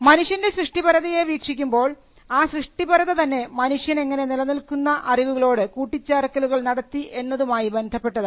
മനുഷ്യൻറെ സൃഷ്ടിപരതയെ വീക്ഷിക്കുമ്പോൾ ആ സൃഷ്ടിപരത തന്നെ മനുഷ്യൻ എങ്ങനെ നിലനിൽക്കുന്ന അറിവുകളോട് കൂട്ടിച്ചേർക്കലുകൾ നടത്തി എന്നതും ആയി ബന്ധപ്പെട്ടതാണ്